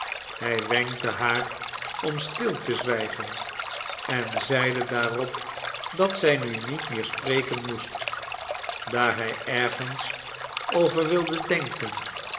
hij wenkte haar om stil te zwijgen en zeide daarop dat zij nu niet meer spreken moest daar hij ergens over wilde denken